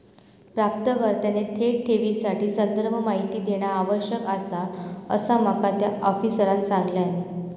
प्राप्तकर्त्याने थेट ठेवीसाठी संदर्भ माहिती देणा आवश्यक आसा, असा माका त्या आफिसरांनं सांगल्यान